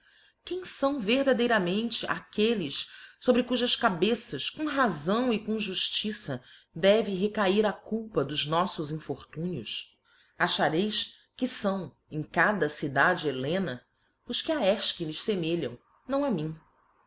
quem fão verdadeiramente aqueles sobre cujas cabeças com razão e com juíliça deve recair it culpa dos noífos infortúnios achareis que f áo em cada cidade hellena os que a efchines femelham não a mim